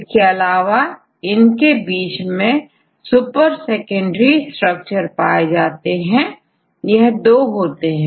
इसके अलावा इनके बीच में सुपर सेकेंडरी स्ट्रक्चर पाए जाते हैं यह 2 होते हैं